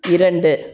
இரண்டு